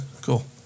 cool